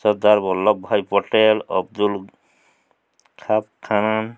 ସର୍ଦ୍ଦାର ବଲ୍ଲଭ ଭାଇ ପଟେଲ ଅବଦୁଲ ଖାପ ଖାନନ୍